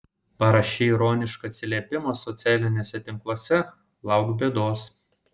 parašei ironišką atsiliepimą socialiniuose tinkluose lauk bėdos